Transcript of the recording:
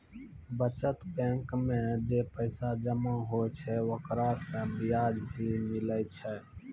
बचत बैंक मे जे पैसा जमा होय छै ओकरा से बियाज भी मिलै छै